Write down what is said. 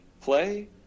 play